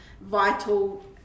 vital